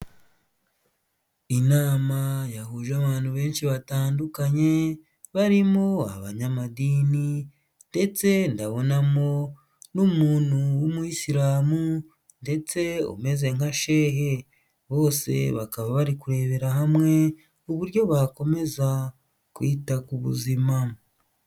Inama yahuje abantu benshi batandukanye barimo abanyamadini ndetse ndabona n'umuntu w'umuyisilamu ndetse umeze nkashehe, bose bakaba bari kurebera hamwe uburyo bakomeza kwita ku buzima.